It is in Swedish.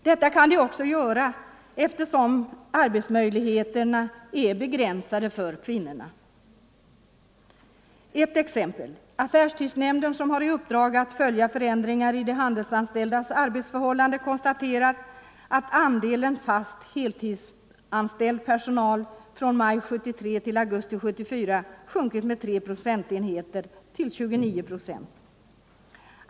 Detta kan de också göra därför att arbetsmöjligheterna för kvinnorna är begränsade. Ett exempel. Affärstidsnämnden, som har i uppdrag att följa förändringar i de handelsanställdas arbetsförhållanden, konstaterar att andelen fast heltidsanställd personal från maj 1973 till augusti 1974 sjunkit med 3 procentenheter till 29 procent.